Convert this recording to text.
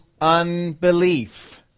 unbelief